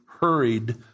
hurried